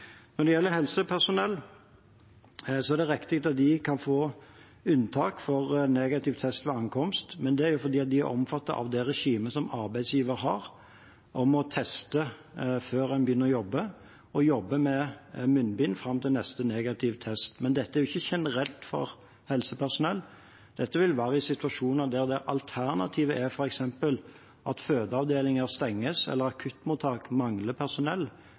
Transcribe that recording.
Når det gjelder helsepersonell, er det riktig at de kan få unntak for negativ test ved ankomst, men det er jo fordi de er omfattet av det regimet som arbeidsgiver har for å teste før en begynner å jobbe, og jobbe med munnbind fram til neste negative test. Dette er ikke generelt for helsepersonell, dette vil være i situasjoner der alternativet er at f.eks. fødeavdelinger stenges eller akuttmottak mangler personell,